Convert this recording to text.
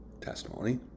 testimony